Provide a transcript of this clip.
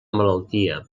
malaltia